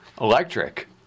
electric